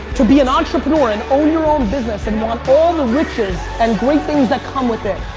to be an entrepreneur and own your own business and want all the riches and great things that come with it,